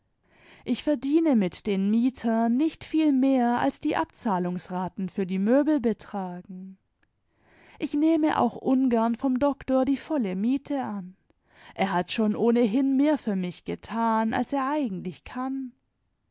ich verdiene mit den mietern nicht viel mehr als die abzahlungsraten für die möbel betragen ich nehme auch ungern vom doktor die volle miete an er hat schon ohnehin mehr für mich getan als er eigentlich kann